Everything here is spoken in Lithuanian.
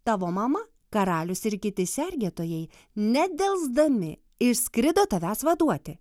tavo mama karalius ir kiti sergėtojai nedelsdami išskrido tavęs vaduoti